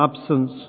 absence